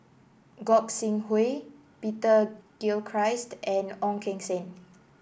Gog Sing Hooi Peter Gilchrist and Ong Keng Sen